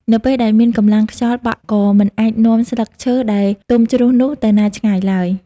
នៅពេលដែលមានកម្លាំងខ្យល់បក់ក៏មិនអាចនាំស្លឹកឈើដែលទំុជ្រុះនោះទៅណាឆ្ងាយឡើយ។